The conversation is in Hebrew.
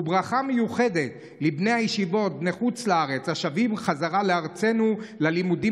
ברכה מיוחדת לבני הישיבות בני חוץ לארץ השבים בחזרה לארצנו ללימודים